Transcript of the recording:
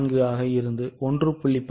4 ஆக இருந்து 1